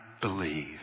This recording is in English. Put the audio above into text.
believe